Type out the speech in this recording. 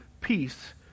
peace